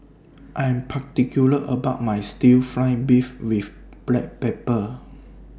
I Am particular about My Stir Fry Beef with Black Pepper